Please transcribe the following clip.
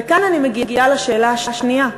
וכאן אני מגיעה לשאלה השנייה,